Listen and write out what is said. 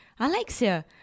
Alexia